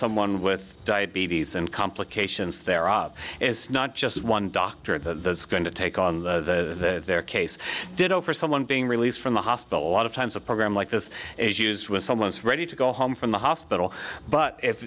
someone with diabetes and complications there are is not just one doctor at the going to take on the their case ditto for someone being released from the hospital a lot of times a program like this is used when someone is ready to go home from the hospital but if